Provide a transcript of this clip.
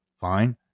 fine